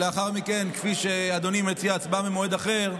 לאחר מכן, כפי שאדוני מציע, הצבעה במועד אחר.